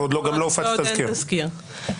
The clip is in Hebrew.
ועוד אין תזכיר.